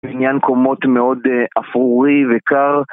זה בניין קומות מאוד אפרורי וקר.